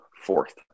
fourth